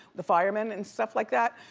the firemen and stuff like that.